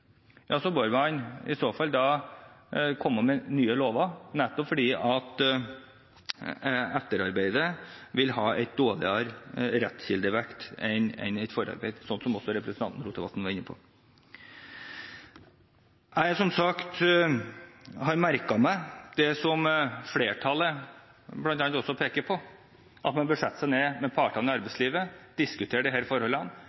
så fall komme med nye lover, nettopp fordi etterarbeidet vil ha svakere rettskildevekt enn forarbeidet, slik også representanten Rotevatn var inne på. Jeg har, som sagt, merket meg det som flertallet bl.a. peker på – at man bør sette seg ned med partene i arbeidslivet, diskutere disse forholdene